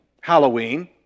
Halloween